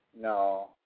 No